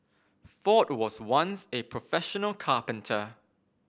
ford was once a professional carpenter